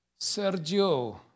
Sergio